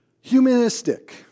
Humanistic